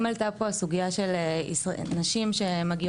אם עלתה פה הסוגיה של נשים שמגיעות